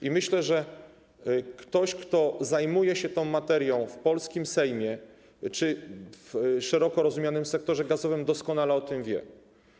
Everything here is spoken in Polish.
I myślę, że ktoś, kto zajmuje się tą materią w polskim Sejmie czy w szeroko rozumianym sektorze gazowym, doskonale o tym wie.